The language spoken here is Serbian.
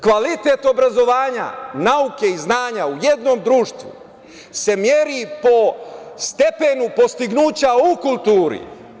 Kvalitet obrazovanja, nauke i znanja u jednom društvu se meri po stepenu dostignuća u kulturi.